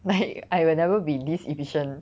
like I will never be this efficient